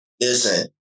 listen